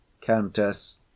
COUNTESS